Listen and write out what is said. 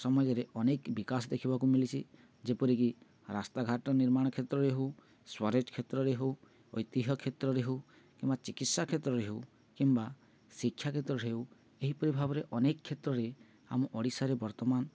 ସମାଜରେ ଅନେକ ବିକାଶ ଦେଖିବାକୁ ମିିଲିଛି ଯେପରିକି ରାସ୍ତାଘାଟ ନିର୍ମାଣ କ୍ଷେତ୍ରରେ ହେଉ ସ୍ଵରେଜ କ୍ଷେତ୍ରରେ ହେଉ ଐତିହ୍ୟ କ୍ଷେତ୍ରରେ ହେଉ କିମ୍ବା ଚିକିତ୍ସା କ୍ଷେତ୍ରରେ ହେଉ କିମ୍ବା ଶିକ୍ଷା କ୍ଷେତ୍ରରେ ହେଉ ଏହିପରି ଭାବରେ ଅନେକ କ୍ଷେତ୍ରରେ ଆମ ଓଡ଼ିଶାରେ ବର୍ତ୍ତମାନ